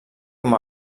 com